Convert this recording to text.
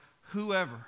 whoever